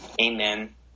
Amen